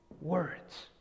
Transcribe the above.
Words